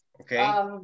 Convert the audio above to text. Okay